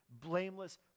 blameless